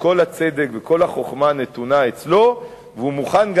שכל הצדק וכל החוכמה נתונים לו, ולפעמים הוא מוכן,